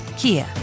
kia